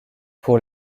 pour